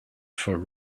for